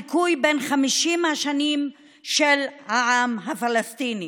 עם הדיכוי בן 50 השנים של העם הפלסטיני.